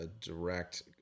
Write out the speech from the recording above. direct